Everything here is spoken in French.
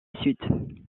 sud